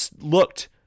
looked